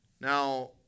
Now